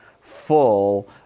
full